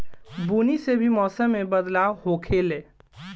बुनी से भी मौसम मे बदलाव होखेले